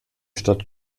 stadt